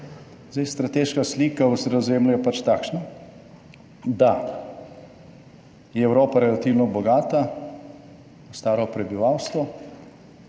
Zdaj, strateška slika v Sredozemlju je pač takšna, da je Evropa relativno bogata, staro prebivalstvo,